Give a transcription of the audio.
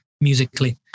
musically